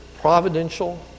providential